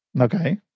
Okay